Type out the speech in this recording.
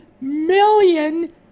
million